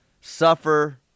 suffer